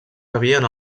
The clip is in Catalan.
rebien